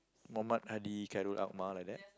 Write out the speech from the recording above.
Muhamad Hadi Khairul Akmar like that